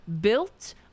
built